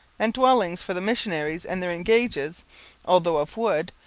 and dwellings for the missionaries and the engages although of wood,